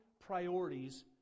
priorities